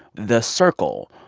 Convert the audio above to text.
the circle,